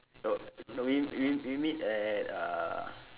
oh no we we meet at uh